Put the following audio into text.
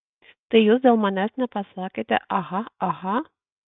tai jūs dėl manęs nepasakėte aha aha